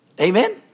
Amen